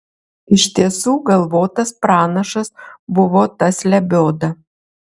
iš tiesų galvotas pranašas buvo tas lebioda